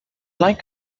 like